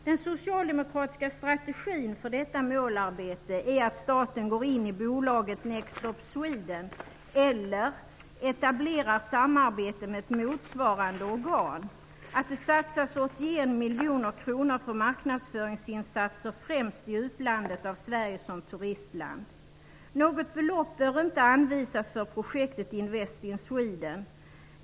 Den socialdemokratiska strategin för detta målarbete är att staten går in i bolaget Next Stop Sweden, eller etablerar samarbete med ett motsvarande organ, och att det satsas 81 miljoner kronor för marknadsföringsinsatser, främst i utlandet, av Sverige som turistland. Något belopp bör inte anvisas för projektet Invest in Sweden.